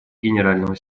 генерального